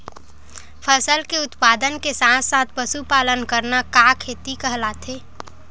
फसल के उत्पादन के साथ साथ पशुपालन करना का खेती कहलाथे?